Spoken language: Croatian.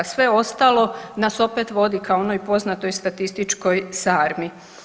Sve ostalo nas opet vodi ka onoj poznatoj statističkoj sarmi.